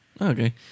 Okay